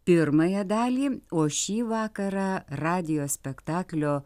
pirmąją dalį o šį vakarą radijo spektaklio